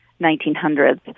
1900s